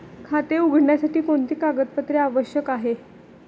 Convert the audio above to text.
खाते उघडण्यासाठी कोणती कागदपत्रे आवश्यक आहे?